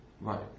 Right